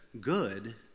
good